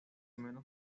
menos